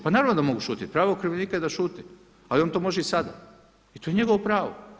Pa naravno da mogu šutjeti, pravo okrivljenika je da šuti, ali on to može i sada i to je njegovo pravo.